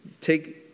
take